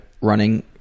running